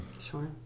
Sure